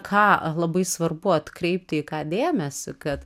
ką labai svarbu atkreipti į ką dėmesį kad